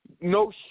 No